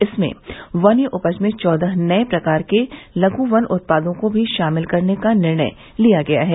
इसमें वन्य उपज में चौदह नए प्रकार के लघु वन उत्पादों को भी शामिल करने का निर्णय लिया है